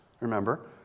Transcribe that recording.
remember